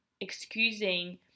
excusing